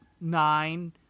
nine